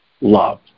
love